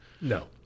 No